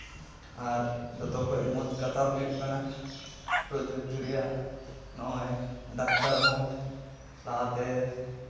ᱟᱨ ᱡᱚᱛᱚ ᱠᱷᱚᱡ ᱢᱚᱡᱽ ᱠᱟᱛᱷᱟ ᱦᱩᱭᱩᱜ ᱠᱟᱱᱟ ᱯᱨᱚᱡᱩᱠᱛᱤ ᱨᱮᱭᱟᱜ ᱱᱚᱜᱼᱚᱭ ᱰᱟᱠᱛᱟᱨ ᱦᱚᱸ ᱞᱟᱦᱟᱛᱮ